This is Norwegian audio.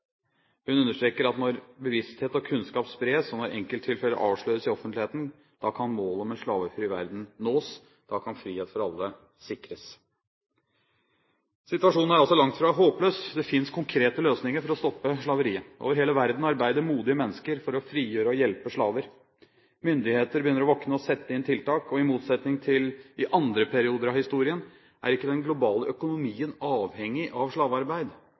Hun understreker at når bevissthet og kunnskap spres, og når enkelttilfeller avsløres i offentligheten, da kan målet om en slavefri verden nås, da kan frihet for alle sikres. Situasjonen er altså langt fra håpløs. Det finnes konkrete løsninger for å stoppe slaveriet. Over hele verden arbeider modige mennesker for å frigjøre og hjelpe slaver. Myndigheter begynner å våkne og å sette inn tiltak, og i motsetning til i andre perioder av historien er ikke den globale økonomien avhengig av slavearbeid.